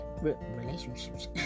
relationships